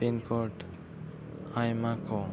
ᱟᱭᱢᱟ ᱠᱚ